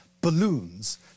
balloons